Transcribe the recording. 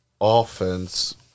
offense